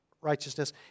righteousness